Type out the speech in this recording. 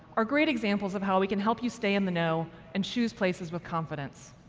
are great examples of how we can help you stay in the know and choose places with confidence.